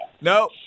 No